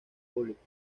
públicas